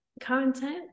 content